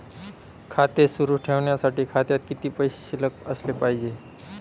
खाते सुरु ठेवण्यासाठी खात्यात किती पैसे शिल्लक असले पाहिजे?